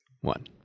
One